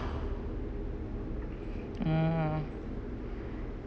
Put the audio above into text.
mm